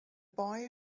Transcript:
boy